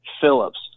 Phillips